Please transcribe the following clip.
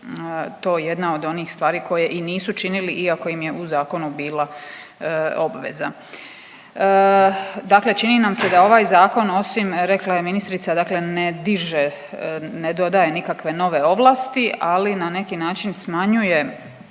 je to jedna od onih stvari koje i nisu činili iako im je u zakonu bila obveza. Dakle, čini nam se da ovaj zakon osim rekla je ministrica dakle ne diže, ne dodaje nikakve nove ovlasti ali na neki način smanjuje,